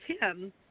Tim